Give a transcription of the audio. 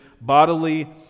bodily